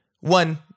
one